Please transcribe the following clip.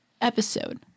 episode